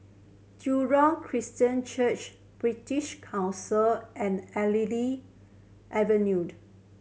Jurong Christian Church British Council and Artillery Avenue